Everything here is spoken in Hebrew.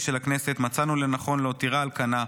של הכנסת מצאנו לנכון להותירה על כנה,